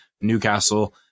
Newcastle